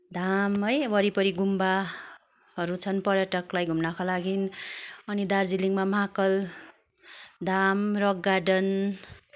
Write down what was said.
धाम है अब वरिपरि गुम्बाहरू छन् पर्यटकलाई घुम्नको लागि अनि दार्जिलिङमा महाकाल धाम रक गार्डन